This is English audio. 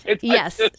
yes